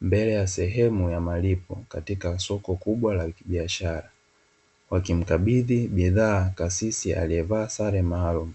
mbele ya sehemu ya malipo katika soko kubwa la kibiashara wakimkabidhi bidhaa kasisi aliyevaa sare maalumu.